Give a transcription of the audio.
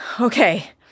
Okay